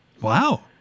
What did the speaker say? wow